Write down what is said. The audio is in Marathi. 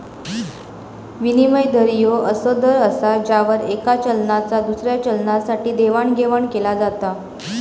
विनिमय दर ह्यो असो दर असा ज्यावर येका चलनाचा दुसऱ्या चलनासाठी देवाणघेवाण केला जाता